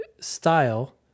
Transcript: style